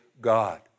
God